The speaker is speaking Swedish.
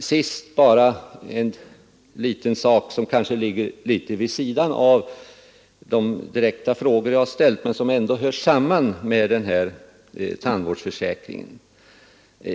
sist bara en liten sak som kanske ligger litet vid sidan av de direkta frågorna jag ställt men som ändå hör samman med denna tandvårdsförsäkring.